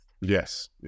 Yes